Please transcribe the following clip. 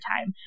time